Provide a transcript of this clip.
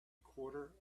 quarter